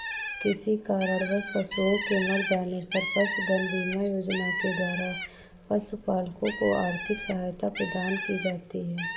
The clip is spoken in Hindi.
किसी कारणवश पशुओं के मर जाने पर पशुधन बीमा योजना के द्वारा पशुपालकों को आर्थिक सहायता प्रदान की जाती है